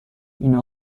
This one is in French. une